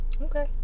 Okay